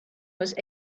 was